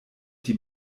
die